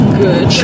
good